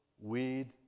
weed